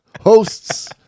Hosts